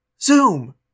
zoom